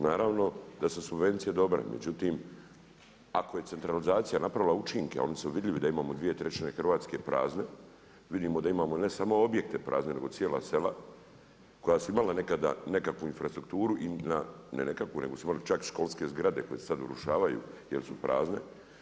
Naravno da su subvencije dobre, međutim ako je centralizacija napravila učinke, a oni su vidljivi da imamo dvije trećine Hrvatske prazne, vidimo da imamo ne samo objekte prazne nego cijela sela koja su imala nekada nekakvu infrastrukturu, ne nekakvu nego su imali čak školske zgrade koje se sada urušavaju jer su prazne.